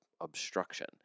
obstruction